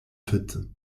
faites